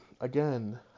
again